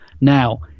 Now